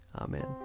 Amen